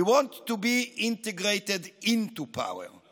we want to be integrated into power .